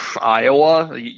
Iowa